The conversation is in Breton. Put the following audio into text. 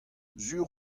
sur